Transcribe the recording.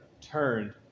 turned